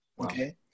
Okay